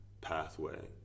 pathway